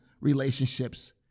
relationships